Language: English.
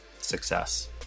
success